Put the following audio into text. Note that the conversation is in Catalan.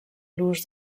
l’ús